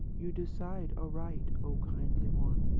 you decide aright, oh kindly one,